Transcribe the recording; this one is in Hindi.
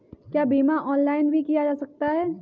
क्या बीमा ऑनलाइन भी किया जा सकता है?